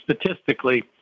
statistically